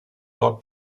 dort